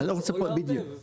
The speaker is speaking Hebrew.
בדיוק,